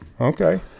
Okay